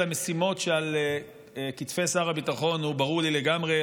המשימות שעל כתפי שר הביטחון ברור לי לגמרי,